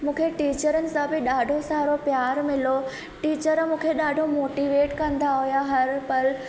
मूंखे टीचरनि सां बि ॾाढो सारो प्यारु मिलो टीचर मूंखे ॾाढो मोटीवेट कंदा हुआ हर पल